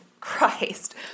Christ